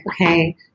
okay